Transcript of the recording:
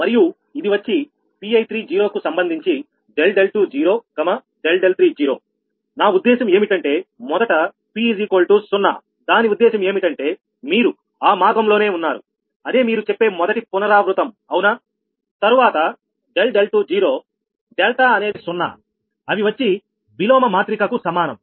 మరియు ఇది వచ్చి Pi30కు సంబంధించి ∆20 ∆30నా ఉద్దేశం ఏమిటంటే మొదట p0 దాని ఉద్దేశం ఏమిటంటే మీరు ఆ మార్గంలోనే ఉన్నారు అదే మీరు చెప్పే మొదటి పునరావృతం అవునా తరువాత ∆20డెల్టా అనేవి సున్నా అవి వచ్చి విలోమ మాత్రిక కు సమానం